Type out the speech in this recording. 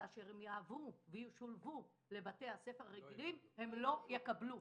כאשר הם יעברו וישולבו לבתי הספר הרגילים הם לא יקבלו.